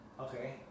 Okay